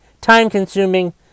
time-consuming